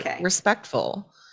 respectful